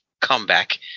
comeback